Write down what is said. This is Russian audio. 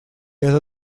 это